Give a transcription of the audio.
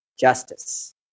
justice